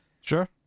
Sure